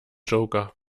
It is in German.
joker